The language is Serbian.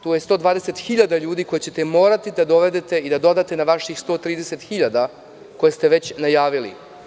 Tu je 120.000 ljudi koje ćete morati da dovedete i da dodate na vaših 130.000 koje ste već najavili.